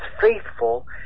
faithful